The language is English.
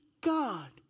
God